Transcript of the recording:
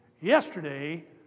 yesterday